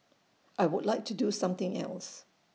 I would like to do something else